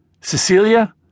Cecilia